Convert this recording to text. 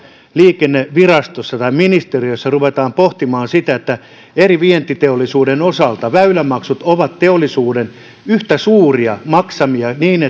liikennevirastossa tai ministeriössä ruvetaan pohtimaan sitä että eri vientiteollisuuden osalta teollisuuden väylämaksut ovat yhtä suuria niin